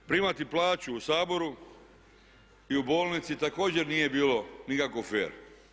Primati plaću u Saboru i u bolnici također nije bilo nikako fer.